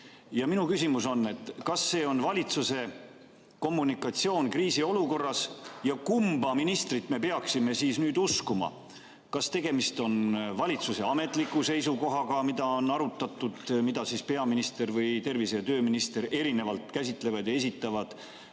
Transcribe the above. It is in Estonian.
Minu küsimus on: kas see on valitsuse kommunikatsioon kriisiolukorras ja kumba ministrit me peaksime uskuma? Kas tegemist on valitsuse ametliku seisukohaga, mida on arutatud ning mida peaminister ja tervise‑ ja tööminister erinevalt käsitlevad ja esitavad,